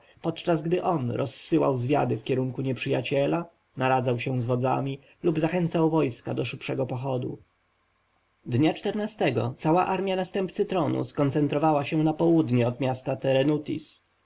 podczas gdy on rozsyłał zwiady w kierunku nieprzyjaciela naradzał się z wodzami lub zachęcał wojska do szybkiego pochodu xiv cała armja następcy tronu skoncentrowała się na południe od miasta